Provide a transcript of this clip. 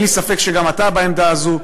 אין לי ספק שגם אתה בעמדה הזו.